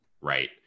right